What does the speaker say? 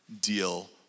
deal